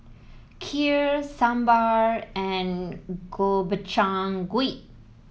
Kheer Sambar and Gobchang Gui